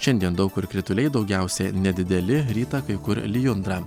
šiandien daug kur krituliai daugiausia nedideli rytą kai kur lijundra